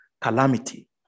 calamity